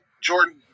Jordan